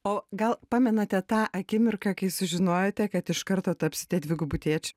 o gal pamenate tą akimirką kai sužinojote kad iš karto tapsite dvigubu tėčiu